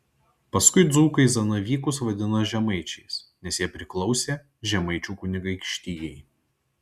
paskui dzūkai zanavykus vadina žemaičiais nes jie priklausė žemaičių kunigaikštijai